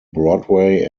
broadway